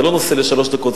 זה לא נושא לשלוש דקות,